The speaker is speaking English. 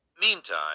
Meantime